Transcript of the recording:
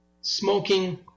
smoking